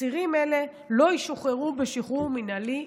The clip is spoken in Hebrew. אסירים אלה לא ישוחררו בשחרור מינהלי בכלל.